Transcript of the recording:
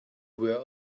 were